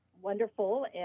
wonderful